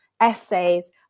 essays